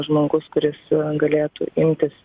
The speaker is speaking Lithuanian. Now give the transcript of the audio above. žmogus kuris galėtų imtis